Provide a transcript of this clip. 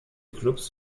clubs